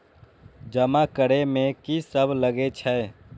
जमा करे में की सब लगे छै?